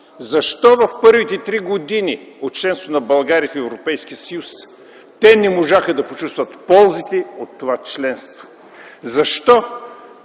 защо в първите три години от членството на България в Европейския съюз, те не можаха да почувстват ползите от това членство? Защо